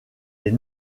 est